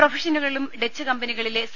പ്രൊഫഷനലുകളും Dutch company കളിലെ C